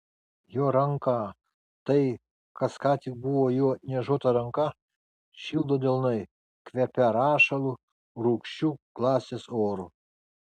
jo ranką tai kas ką tik buvo jo niežuota ranka šildo delnai kvepią rašalu rūgščiu klasės oru